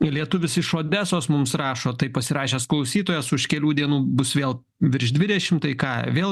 lietuvis iš odesos mums rašo taip pasirašęs klausytojas už kelių dienų bus vėl virš dvidešimt tai ką vėl